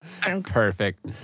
Perfect